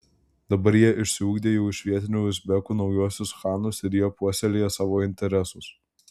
dabar jie išsiugdė jau iš vietinių uzbekų naujuosius chanus ir jie puoselėja savo interesus